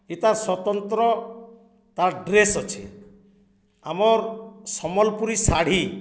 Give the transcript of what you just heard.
ଇତାର୍ ସ୍ୱତନ୍ତ୍ର ତାର୍ ଡ୍ରେସ୍ ଅଛେ ଆମର୍ ସମ୍ବଲ୍ପୁରୀ ଶାଢ଼ୀ